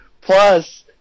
plus